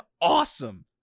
awesome